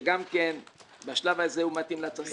שגם כן בשלב הזה הוא מתאים לצרכים שלנו.